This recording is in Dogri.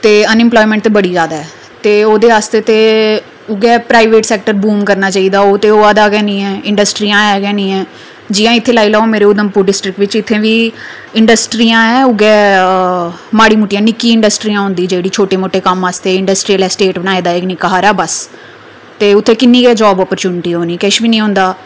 ते अनइम्पलॉयमैंट ते बहोत ज्यादा ऐ ते ओह्दे आस्तै ते उ'ऐ प्राईवेट सैक्टर बूम करना चाहिदा पर ओह् होआ दा गै निं ऐ इंडस्ट्रियां हैन गै निं हैन जि'यां इत्थें उधमपुर डिस्ट्रिक्ट च गै दिक्खी लेओ इंडस्ट्रियां ऐं उ'ऐ माड़ी मुट्टियां निक्कियां इंडस्ट्रियां होंदियां जेह्ड़ियां जेह्के छोटे मोटे कम्म आस्तै इंडस्ट्रियल स्टेट बनाए दा बस ते उत्थें किन्नी गै जॉब अपरच्युनिटी होनी किश बी निं होंदा